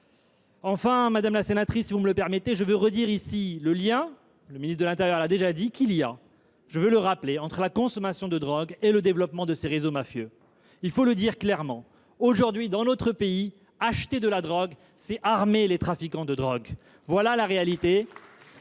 Enfin, madame la sénatrice, si vous me le permettez, je veux rappeler, comme le ministre de l’intérieur l’a déjà fait, qu’il existe un lien entre la consommation de drogue et le développement de ces réseaux mafieux. Il faut le dire clairement : aujourd’hui, dans notre pays, acheter de la drogue, c’est armer les trafiquants de drogue. Voilà la réalité